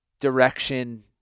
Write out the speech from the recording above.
direction